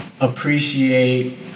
appreciate